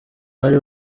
bari